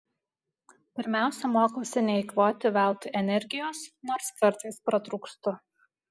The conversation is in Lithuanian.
pirmiausia mokausi neeikvoti veltui energijos nors kartais pratrūkstu